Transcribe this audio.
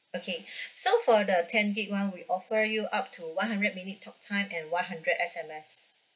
okay so for the ten gig [one] we offer you up to one hundred minute talk time and one hundred S_M_S